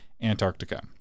Antarctica